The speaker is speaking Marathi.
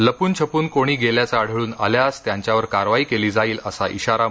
लपून छपून कोणी गेल्याच आढळून आल्यास त्यांच्यावर कारवाई केली जाईल असा इशारा डॉ